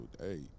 hey